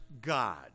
God